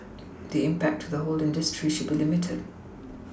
the impact to the whole industry should be limited